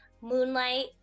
moonlight